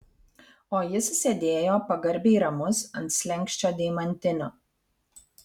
o jis sėdėjo pagarbiai ramus ant slenksčio deimantinio